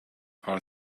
are